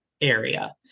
area